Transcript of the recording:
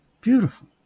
Beautiful